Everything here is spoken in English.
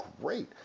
great